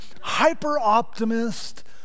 hyper-optimist